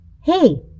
Hey